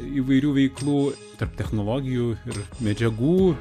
įvairių veiklų tarp technologijų ir medžiagų